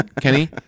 Kenny